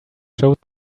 showed